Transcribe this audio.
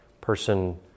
person